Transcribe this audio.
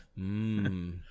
Mmm